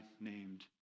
named